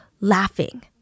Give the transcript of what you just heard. laughing